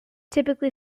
typically